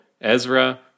Ezra